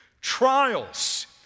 Trials